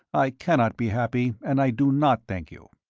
i cannot be happy and i do not thank you.